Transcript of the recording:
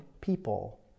people